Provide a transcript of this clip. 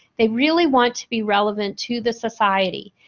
they really want to be relevant to the society.